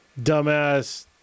dumbass